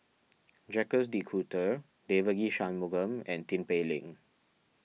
Jacques De Coutre Devagi Sanmugam and Tin Pei Ling